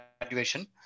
graduation